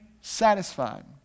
satisfied